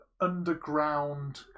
underground